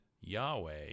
Yahweh